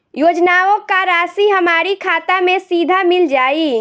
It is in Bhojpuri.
योजनाओं का राशि हमारी खाता मे सीधा मिल जाई?